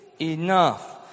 enough